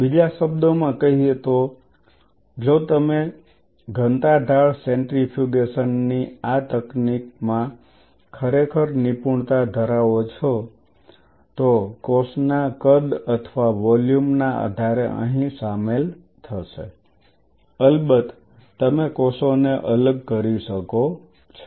બીજા શબ્દોમાં કહીએ તો જો તમે ઘનતા ઢાળ સેન્ટ્રીફ્યુગેશન ની આ તકનીકમાં ખરેખર નિપુણતા ધરાવો છો તો કોષના કદ અથવા વોલ્યુમ ના આધારે અહીં શામેલ થશે અલબત્ત તમે કોષોને અલગ કરી શકો છો